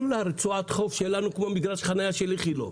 כל רצועת החוף שלנו, כמו מגרש החנייה של איכילוב.